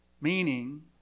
Meaning